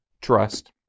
Trust